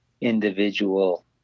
individual